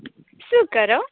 શું કરો